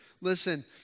Listen